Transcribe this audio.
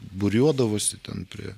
būriuodavosi ten prie